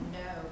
no